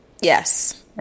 Yes